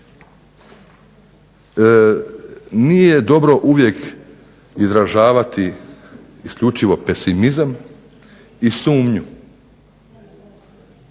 Nije dobro uvijek izražavati isključivo pesimizam i sumnju.